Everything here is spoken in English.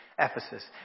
Ephesus